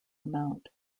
amount